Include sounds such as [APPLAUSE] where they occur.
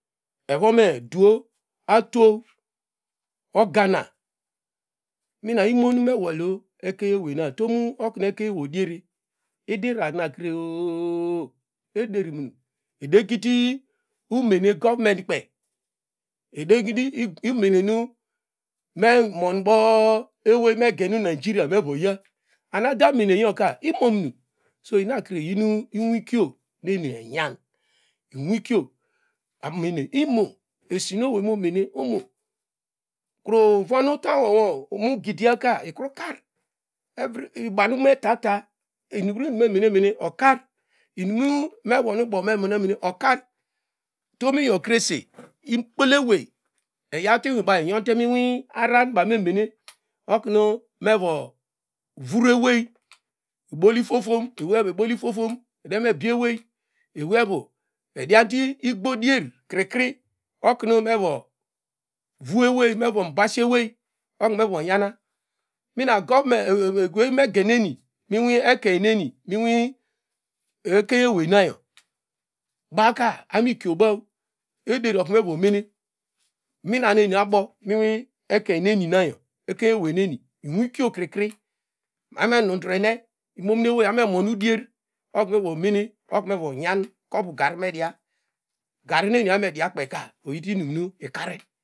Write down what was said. Evo me duo atwo ogana mina imonu ewol ekeinenena utomu okuna ekeiny eweye odiere ide irarar ne kre- o- o- o- oh ederimim edegidi umene govment kpey edigidi umene mu me von ewey mu egen naijeria movoyo ude ameneyoka imomuom enakre iyin inwikio mi eni enyam inwikio amene imo esioney momen imo kruvonu itom nwomo vom gidiyaka ukru ker [HESITATION] bam eta eta inuwru inmenene okar inim nu even bone me meneme okar tom iyo krese ikpola ewey eyawte ba banu emene oknu me vo vura ewey ebol ifofom ewey enu ebol ifofom edava gbie owey eweivu igbo dier kri kri eknu evo vua ewey evo mabasi ewey ubo kru eva nyana mina govment [HESITATION] ewey nu me geneni inwi ekemeni mi inwi ekeiny ewenanyo bawka abo mi kiobaw ederi otanu mevo mene mina eni abo mu inwi ekeneni nayo ekeny eweyni inwikio kri kri abo mo enudrene imomiewey abo me monu idier oknon vo mene oknu vo nyan gari media gari nu eniabo kunu edia kpeyaka oyite inim nu ikore